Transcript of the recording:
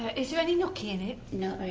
is there any nookie in you know